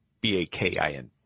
B-A-K-I-N